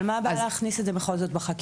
אבל מה הבעיה להכניס את זה בכל זאת בחקיקה?